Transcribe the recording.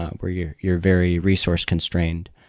um where you're you're very resource constrained.